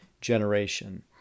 generation